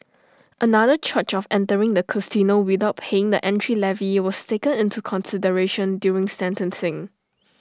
another charge of entering the casino without paying the entry levy was taken into consideration during sentencing